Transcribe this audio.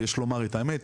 יש לומר את האמת,